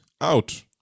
out